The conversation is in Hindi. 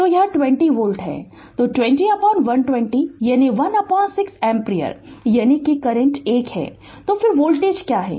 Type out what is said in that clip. तो यह 20 वोल्ट है तो 20120 यानी 16 एम्पीयर यानी कि करंट i है तो फिर वोल्टेज क्या है